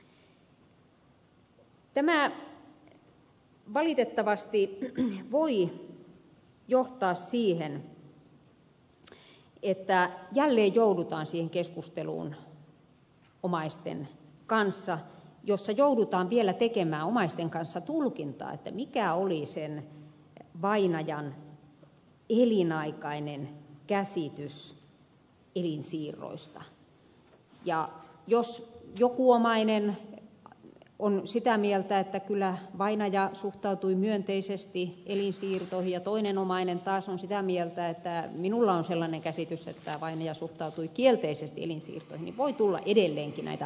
tämä valitettavasti voi johtaa siihen että jälleen joudutaan siihen keskusteluun omaisten kanssa jossa joudutaan vielä tekemään omaisten kanssa tulkintaa mikä oli vainajan elinaikainen käsitys elinsiirroista ja jos joku omainen on sitä mieltä että kyllä vainaja suhtautui myönteisesti elinsiirtoihin ja toinen omainen on taas sitä mieltä että minulla on sellainen käsitys että vainaja suhtautui kielteisesti elinsiirtoihin niin voi tulla edelleenkin näitä hankalia tilanteita